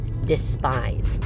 Despise